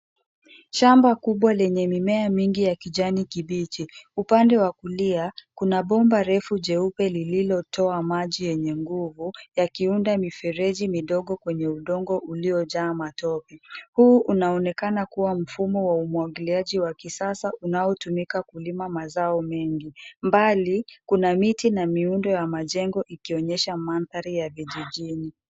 Shamba kubwa lenye mimea mingi ya kijani kibichi, upande wakulia kuna bomba refu jeupe lilitoa maji yenye nguvu yakiunda mifereji midogo kwenye udongo uliojaa matope. Huu unaonekama kuwa mfumo wa umwagiliaji wa kisasa unaotumika kulima mazao mengi, mbali kuna miti na miundo ya majengo ikionyesha mandhari ya vijijini.